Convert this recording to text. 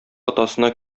атасына